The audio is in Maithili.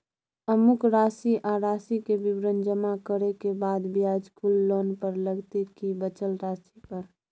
अमुक राशि आ राशि के विवरण जमा करै के बाद ब्याज कुल लोन पर लगतै की बचल राशि पर?